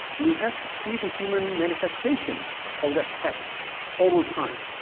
you have to see the human manifestation of that text over time,